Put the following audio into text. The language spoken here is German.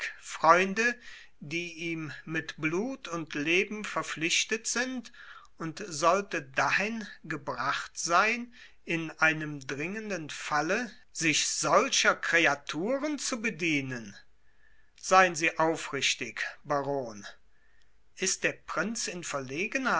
freunde die ihm mit blut und leben verpflichtet sind und sollte dahin gebracht sein in einem dringenden falle sich solcher kreaturen zu bedienen seien sie aufrichtig baron ist der prinz in verlegenheit